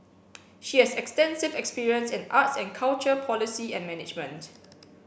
she has extensive experience in arts and culture policy and management